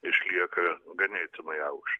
išlieka ganėtinai aukštas